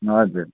हजुर